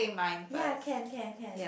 ya can can can